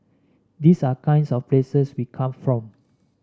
these are kinds of places we come from